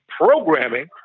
programming